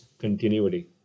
continuity